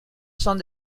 son